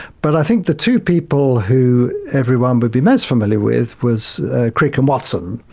but i think the two people who everyone would be most familiar with was crick and watson.